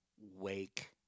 wake